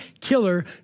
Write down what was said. killer